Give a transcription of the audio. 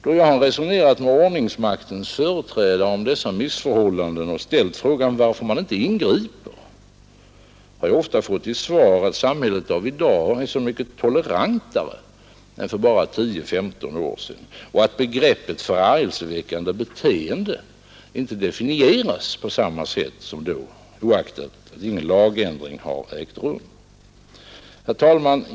Då jag har resonerat med ordningsmaktens företrädare om dessa missförhållanden och ställt frågan varför man inte ingriper har jag ofta fått till svar, att samhället av i dag är så mycket tolerantare än för bara 10-15 år sedan och att begreppet ”förargelseväckande beteende” inte definieras på samma sätt som då, oaktat ingen lagändring har ägt rum. Herr talman!